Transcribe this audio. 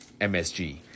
MSG